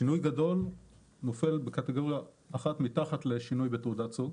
שינוי גדול נופל בקטגוריה אחת מתחת לשינוי בתעודת סוג.